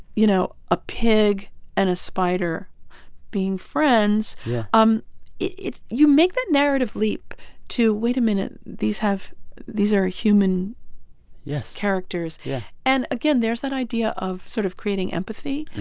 you know, a pig and a spider being friends um you make that narrative leap to, wait a minute, these have these are human yeah characters. yeah and again, there's that idea of sort of creating empathy,